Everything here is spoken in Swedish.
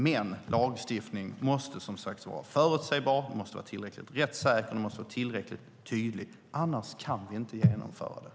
Men lagstiftning måste vara förutsägbar, rättssäker och tillräckligt tydlig. Annars kan vi inte genomföra den.